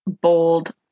bold